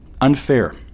unfair